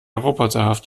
roboterhaft